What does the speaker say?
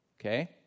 okay